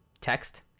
text